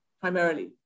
primarily